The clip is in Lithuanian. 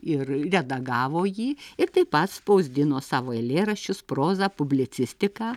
ir redagavo jį ir taip pat spausdino savo eilėraščius prozą publicistiką